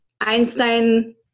Einstein